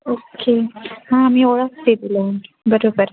okay हां मी ओळखते तिला बरोबर